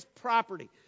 property